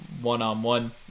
one-on-one